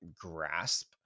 grasp